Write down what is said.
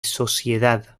sociedad